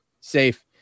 safe